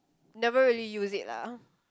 never really use it lah